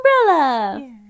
umbrella